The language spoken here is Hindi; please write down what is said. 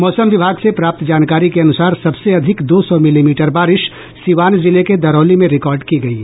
मौसम विभाग से प्राप्त जानकारी के अनुसार सबसे अधिक दो सौ मिलीमीटर बारिश सिवान जिले के दरौली में रिकॉर्ड की गयी